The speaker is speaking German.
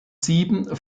sieben